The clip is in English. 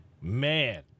Man